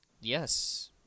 Yes